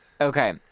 Okay